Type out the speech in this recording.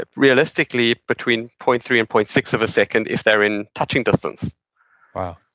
ah realistically, between point three and point six of a second if they're in touching distance wow